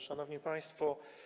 Szanowni Państwo!